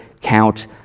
count